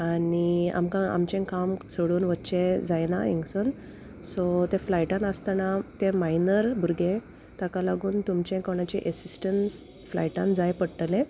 आनी आमकां आमचें काम सोडून वच्चें जायना हिंगसून सो ते फ्लायटान आसतना तें मायनर भुरगें ताका लागून तुमचें कोणाचें एसिस्टन्स फ्लायटान जाय पडटलें